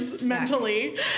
mentally